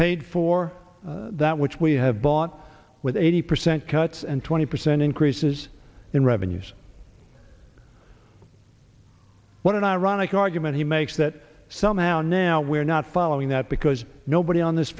paid for that which we have bought with eighty percent cuts and twenty percent increases in revenues what an ironic argument he makes that somehow now we're not following that because nobody on this